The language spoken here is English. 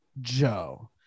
Joe